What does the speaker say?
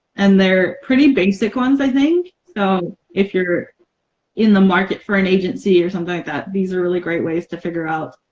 and they're pretty basic ones i think so if you're in the market for an agency or something like that these are really great ways to figure out